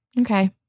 Okay